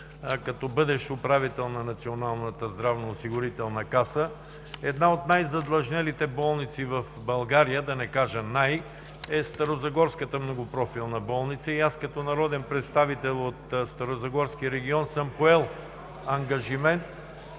като бъдещ управител на Националната здравноосигурителна каса. Една от най-задлъжнелите болници в България, да не кажа най-най, е Старозагорската многопрофилна болница. Като народен представител от Старозагорски регион съм поел ангажимент